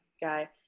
guy